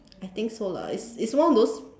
I think so lah it's it's one of those